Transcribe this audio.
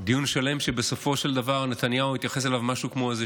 דיון שלם שבסופו של דבר נתניהו התייחס אליו משהו כמו איזה